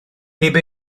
heb